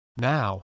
Now